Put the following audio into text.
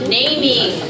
naming